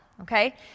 okay